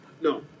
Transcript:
No